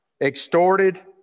extorted